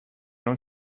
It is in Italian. non